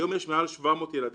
היום יש מעל ל-700 ילדים.